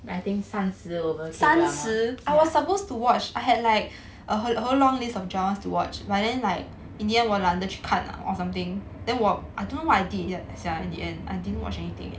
I think 三十 over drama